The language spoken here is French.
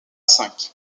cinq